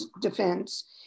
defense